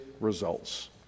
results